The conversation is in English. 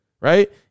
right